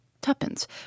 Tuppence